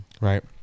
Right